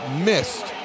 missed